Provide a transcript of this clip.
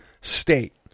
state